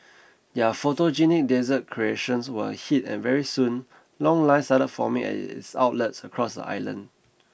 their photogenic dessert creations were a hit and very soon long lines started forming at its outlets across the island